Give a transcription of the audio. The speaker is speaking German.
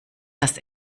dass